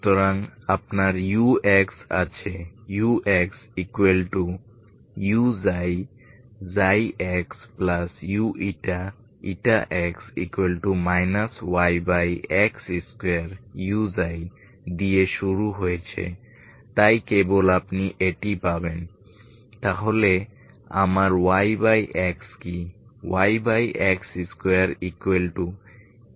সুতরাং আপনার ux আছে uxuxux yx2u দিয়ে শুরু হয়েছে তাই কেবল আপনি এটি পাবেন